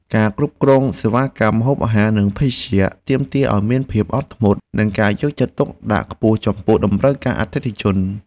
ការគ្រប់គ្រងសេវាកម្មម្ហូបអាហារនិងភេសជ្ជៈទាមទារឱ្យមានភាពអត់ធ្មត់ និងការយកចិត្តទុកដាក់ខ្ពស់ចំពោះតម្រូវការអតិថិជន។